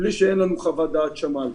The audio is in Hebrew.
בלי שאין לנו חוות דעת שמ"ל.